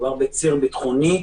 מדובר בציר ביטחוני.